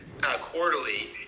quarterly